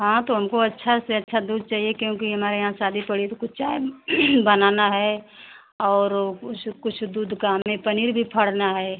हाँ तो हमको अच्छा से अच्छा दूध चाहिए क्योंकि हमारे यहाँ शादी पड़ी है तो कुछ चाय बनाना है और ओ कुछ कुछ दूध का हमें पनीर भी फाड़ना है